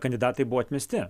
kandidatai buvo atmesti